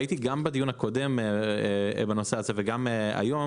ראיתי גם בדיון הקודם בנושא הזה וגם היום